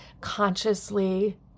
consciously